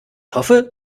hoffe